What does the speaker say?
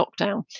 lockdown